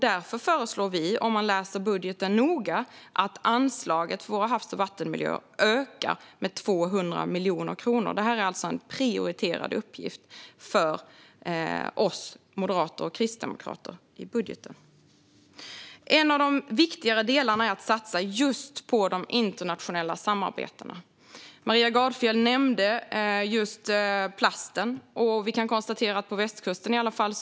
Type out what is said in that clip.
Därför föreslår vi - ser man om man läser budgeten noga - att anslaget till våra havs och vattenmiljöer ökar med 200 miljoner kronor. Det här är alltså en prioriterad uppgift för oss moderater och kristdemokrater i budgeten. En av de viktigare delarna är att satsa på de internationella samarbetena. Maria Gardfjell nämnde plasten.